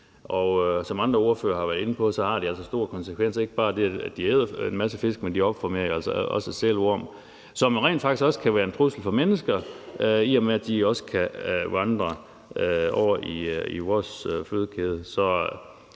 Som andre ordførere har været inde på, har det altså store konsekvenser, ikke bare i forhold til at de æder en masse fisk, men også i forhold til at de jo opformerer sælorm, som rent faktisk også kan være en trussel for mennesker, i og med at den også kan vandre over i vores fødekæde.